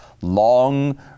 Long